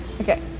Okay